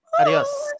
Adios